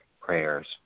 prayers